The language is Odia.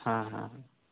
ହଁ ହଁ